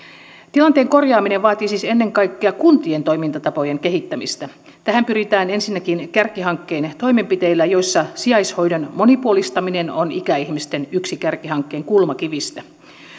tilanteen korjaaminen vaatii siis ennen kaikkea kuntien toimintatapojen kehittämistä tähän pyritään ensinnäkin kärkihankkeiden toimenpiteillä joissa sijaishoidon monipuolistaminen on yksi ikäihmisten kärkihankkeen kulmakivistä